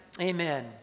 Amen